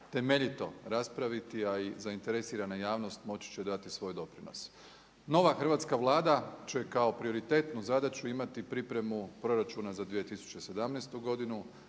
temeljito raspraviti, a i zainteresirana javnost moći će dati svoj doprinos. Nova hrvatska Vlada će kao prioritetnu zadaću imati pripremu proračuna za 2017. godinu,